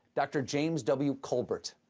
dr. james w. colbert.